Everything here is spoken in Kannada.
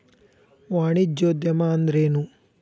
ವಾಣಿಜ್ಯೊದ್ಯಮಾ ಅಂದ್ರೇನು?